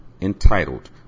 Entitled